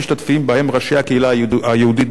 ובהם ראשי הקהילה היהודית בהונגריה,